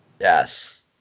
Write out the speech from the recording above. Yes